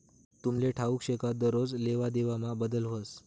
तुमले ठाऊक शे का दरोज लेवादेवामा बदल व्हस